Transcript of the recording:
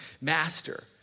master